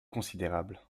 considérable